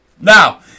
Now